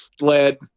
led